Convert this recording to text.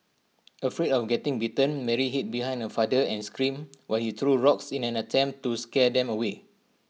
afraid of getting bitten Mary hid behind her father and screamed while he threw rocks in an attempt to scare them away